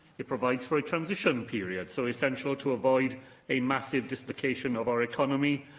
it provides for a transition period, so essential to avoid a massive dislocation of our economy,